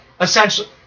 essentially